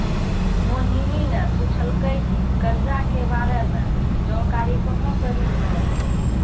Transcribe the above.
मोहिनी ने पूछलकै की करजा के बारे मे जानकारी कहाँ से मिल्हौं